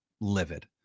livid